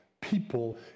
people